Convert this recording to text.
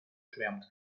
schwärmt